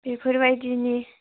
बेफोरबायदिनि